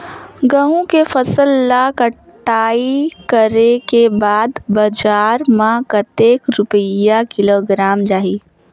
गंहू के फसल ला कटाई करे के बाद बजार मा कतेक रुपिया किलोग्राम जाही?